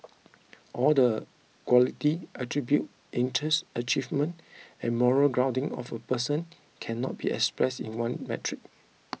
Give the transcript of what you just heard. all the qualities attributes interests achievements and moral grounding of a person cannot be expressed in one metric